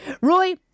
Roy